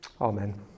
Amen